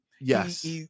Yes